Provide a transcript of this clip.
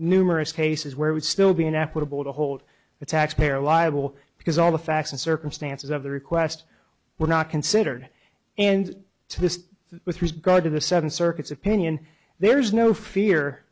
numerous cases where would still be inapplicable to hold the taxpayer liable because all the facts and circumstances of the request were not considered and to this with regard to the seven circuits opinion there is no fear